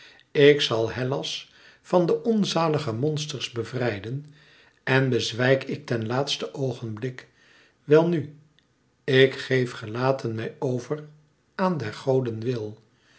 ik zal hellas van de onzalige monsters bevrijden en bezwijk ik ten laatsten oogenblik welnu ik geef gelaten mij over aan der goden wil